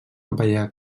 capellà